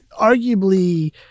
arguably